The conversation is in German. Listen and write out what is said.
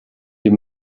die